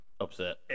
upset